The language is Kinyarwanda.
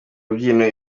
rubyiniro